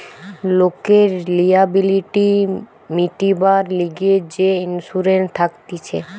লোকের লিয়াবিলিটি মিটিবার লিগে যে ইন্সুরেন্স থাকতিছে